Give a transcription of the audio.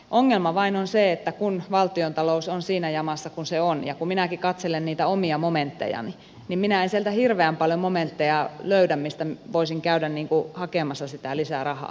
ongelma vain on se että kun valtionta lous on siinä jamassa kuin se on ja kun minäkin katselen niitä omia momenttejani niin minä en sieltä hirveän paljon löydä momentteja mistä voisin käydä hakemassa lisää sitä rahaa